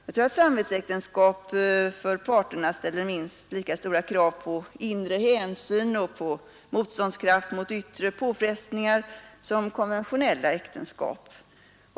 Jag tror att samvetsäktenskap för parterna ställer minst lika stora krav på inre hänsyn och på motståndskraft mot yttre påfrestningar som konventionella äktenskap.